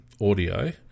audio